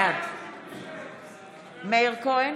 בעד מאיר כהן,